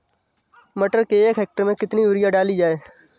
मटर के एक हेक्टेयर में कितनी यूरिया डाली जाए?